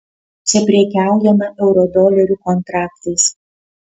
čia prekiaujama eurodolerių kontraktais